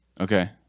Okay